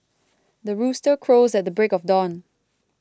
the rooster crows at the break of dawn